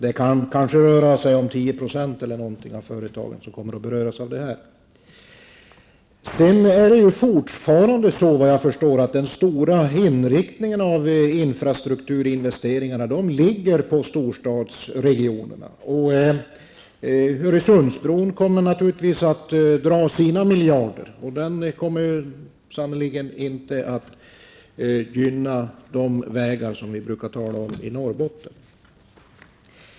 Det rör sig om kanske 10 % av företagen som kommer att beröras av det. Enligt vad jag förstår är det så att infrastrukturinvesteringarna i stort sett är inriktade på storstadsregionerna. Öresundsbron kommer naturligtvis att dra sina miljarder, och det kommer sannerligen inte att gynna vägarna i Norrbotten.